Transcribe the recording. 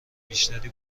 بیشتری